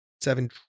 seven